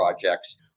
projects